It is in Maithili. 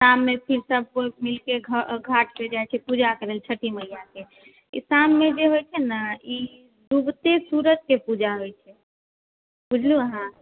शाम मे फिर सबकोइ मिलके घाट पर जाइ छै पूजा करैला छठि मैया के ई शाम मे जे होइ छै ने ई डूबती सूरज के पूजा होइ छै बुझलु अहाँ